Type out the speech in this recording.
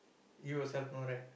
you yourself know right